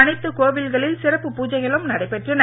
அனைத்து கோவில்களில் சிறப்பு பூஜைகளும் நடைபெற்றன